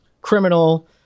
criminal